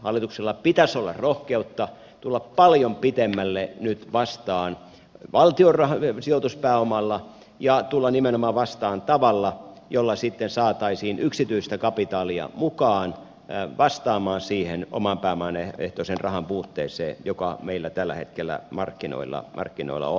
hallituksella pitäisi olla rohkeutta tulla paljon pitemmälle nyt vastaan valtion sijoituspääomalla ja tulla nimenomaan vastaan tavalla jolla sitten saataisiin yksityistä kapitaalia mukaan vastaamaan siihen oman pääoman ehtoisen rahan puutteeseen joka meillä tällä hetkellä markkinoilla on